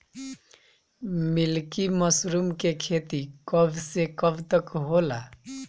Milky mushroom के खेती कब से कब तक होला?